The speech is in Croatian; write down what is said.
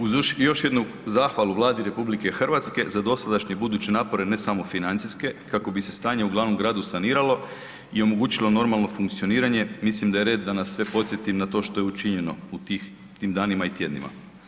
Uz još jednu zahvalu Vladi RH za dosadašnje i buduće napore ne samo financijske kako bi se stanje u glavnom gradu saniralo i omogućilo normalno funkcioniranje mislim da je red da nas sve podsjetim na to što je učinjeno u tih, u tim danima i tjednima.